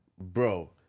bro